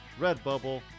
Redbubble